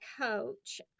coach